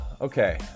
Okay